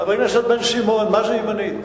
חבר הכנסת בן-סימון, מה זה ימנית?